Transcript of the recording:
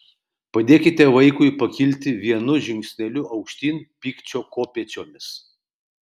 padėkite vaikui pakilti vienu žingsneliu aukštyn pykčio kopėčiomis